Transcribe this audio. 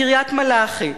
קריית-מלאכי,